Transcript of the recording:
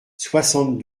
soixante